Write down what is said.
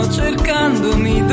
cercandomi